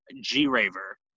G-Raver